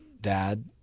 Dad